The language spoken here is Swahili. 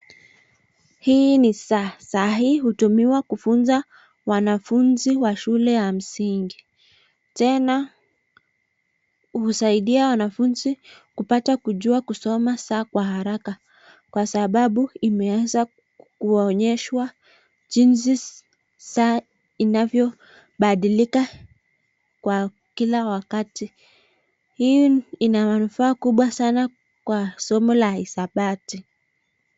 Hii ni saa. Saa hii hutumiwa kufunza wanafunzi wa shule ya msingi. Tena husaidia wanafunzi kupata kujua kusoma saa kwa haraka, kwa sababu imeanza kuonyeshwa jinsi saa inavyobadilika kwa kila wakati. Hii ina manufaa kubwa sana kwa somo la hisabati.